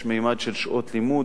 יש ממד של שעות לימוד.